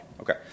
Okay